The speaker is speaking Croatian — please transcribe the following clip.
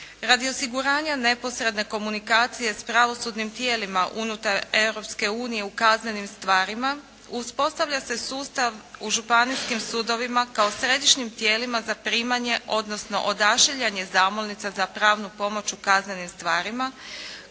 Radi osiguranja neposredne komunikacije sa pravosudnim tijelima unutar Europske unije u kaznenim stvarima uspostavlja se sustav u županijskim sudovima kao središnjim tijelima za primanje, odnosno odašiljanje zamolnica za pravnu pomoć u kaznenim stvarima,